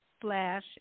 slash